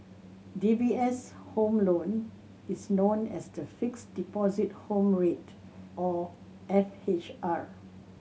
D B S' Home Loan is known as the Fixed Deposit Home Rate or F H R